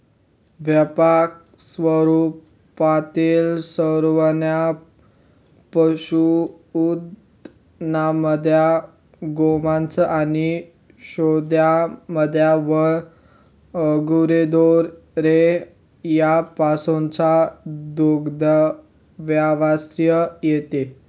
व्यापक स्वरूपातील सर्वमान्य पशुधनामध्ये गोमांस आणि शेळ्या, मेंढ्या व गुरेढोरे यापासूनचा दुग्धव्यवसाय येतो